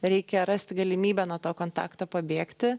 reikia rasti galimybę nuo to kontakto pabėgti